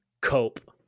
Cope